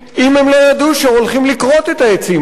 לא ידעו שהולכים לכרות את העצים האלה.